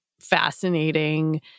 fascinating